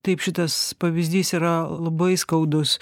taip šitas pavyzdys yra labai skaudus